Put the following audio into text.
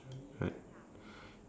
right